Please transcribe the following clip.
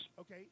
Okay